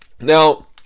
Now